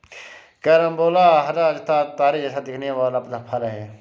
carambola हरा तथा तारे जैसा दिखने वाला फल है